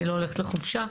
אני לא הולכת לחופשה.